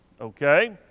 okay